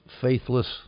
faithless